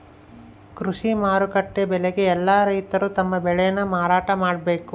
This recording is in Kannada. ಕೃಷಿ ಮಾರುಕಟ್ಟೆ ಬೆಲೆಗೆ ಯೆಲ್ಲ ರೈತರು ತಮ್ಮ ಬೆಳೆ ನ ಮಾರಾಟ ಮಾಡ್ಬೇಕು